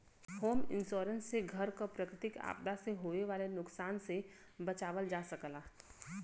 home insurance से घर क प्राकृतिक आपदा से होये वाले नुकसान से बचावल जा सकला